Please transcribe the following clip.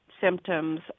symptoms